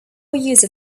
user